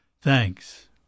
Thanks